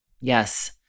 Yes